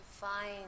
find